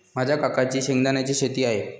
माझ्या काकांची शेंगदाण्याची शेती आहे